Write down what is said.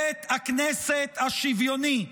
בית הכנסת השוויוני,